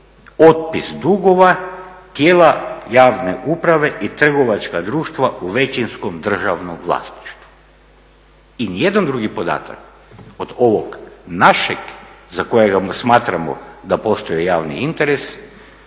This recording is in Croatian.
otpis dugova tijela javne uprave i trgovačka društva u većinskom državnom vlasništvu. I niti jedan drugi podatak od ovog našeg za kojega smatramo da postoji javni interes